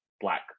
black